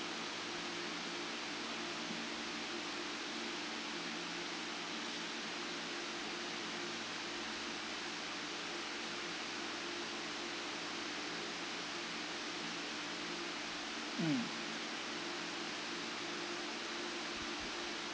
mm